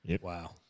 Wow